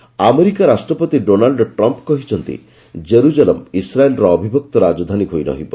Trump Palestine America ରାଷ୍ଟ୍ରପତି Donald Trump କହିଛନ୍ତି Jerusalem ଇସ୍ରାଏଲ୍ର ଅବିଭକ୍ତ ରାଜଧାନୀ ହୋଇ ରହିବ